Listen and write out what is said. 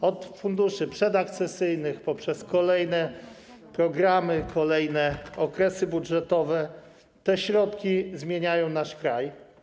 Począwszy od funduszy przedakcesyjnych, poprzez kolejne programy, kolejne okresy budżetowe te środki zmieniają nasz kraj.